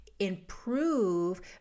improve